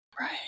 Right